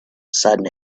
sudden